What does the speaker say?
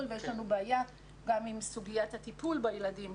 ויש לנו בעיה גם עם סוגיית הטיפול בילדים.